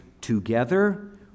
together